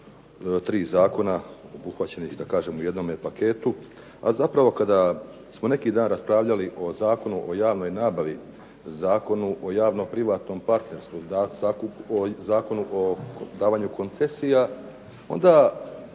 tri Zakona obuhvaćenih da kažem u jednom paketu, a zapravo kada smo neki dan raspravljali o Zakonu o javnoj nabavi, Zakonu o javno privatnom partnerstvu, Zakonu o davanju koncesija, onda